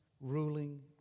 ruling